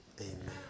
Amen